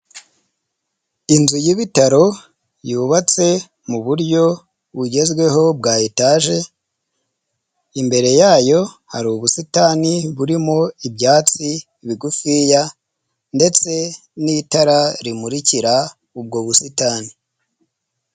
Inzu y'ibitaro, yubatse mu buryo bugezweho bwa etaje, imbere yayo hari ubusitani burimo ibyatsi bigufiya, ndetse n'itara rimurikira ubwo busitani.